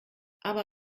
aber